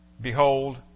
Behold